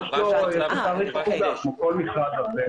יש לו תאריך תפוגה כמו כל מכרז אחר.